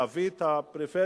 להביא את הפריפריה